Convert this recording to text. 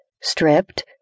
stripped